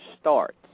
starts